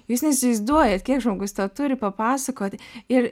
jūs neįsivaizduojat kiek žmogus turi papasakoti ir